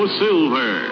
silver